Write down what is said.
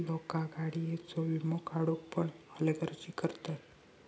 लोका गाडीयेचो वीमो काढुक पण हलगर्जी करतत